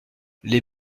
les